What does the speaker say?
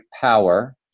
power